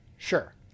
Sure